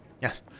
Yes